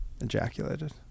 ejaculated